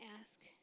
ask